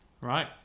Right